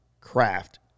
Craft